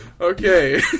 Okay